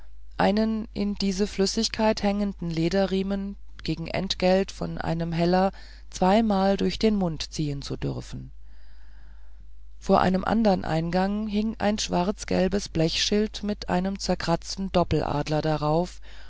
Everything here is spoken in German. einen in diese flüssigkeit hängenden lederriemen gegen entgelt von einem heller zweimal durch den mund ziehen zu dürfen vor einem andern eingang hing ein schwarz gelbes blechschild mit einem zerkratzten doppeladler darauf